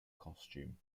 costume